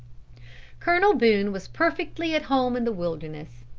colonel boone was perfectly at home in the wilderness.